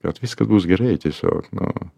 kad viskas bus gerai tiesiog nu